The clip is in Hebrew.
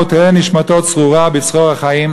ותהא נשמתו צרורה בצרור החיים,